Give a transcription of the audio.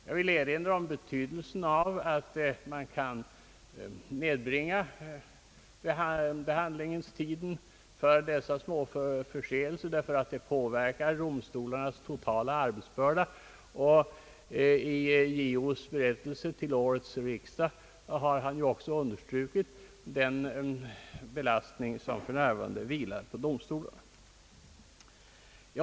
Jag vill erinra om betydelsen av att man kan nedbringa behandlingstiden för dessa småförseelser, därför att de ökar domstolarnas totala arbetsbörda. JO har ju i sin berättelse till årets riksdag också understrukit den belastning som för närvarande vilar på domstolarna.